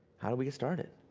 how do we get started?